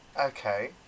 Okay